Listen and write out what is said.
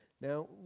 Now